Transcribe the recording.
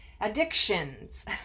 addictions